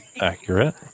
Accurate